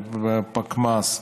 ופקמ"ז,